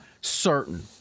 certain